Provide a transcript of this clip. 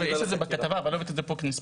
יש את זה בכתבה אבל לא הבאתי את זה פה כנספח,